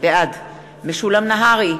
בעד משולם נהרי,